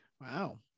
Wow